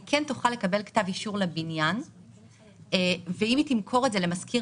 היא כן תוכל לקבל כתב אישור לבניין ואם היא תמכור את זה למשכיר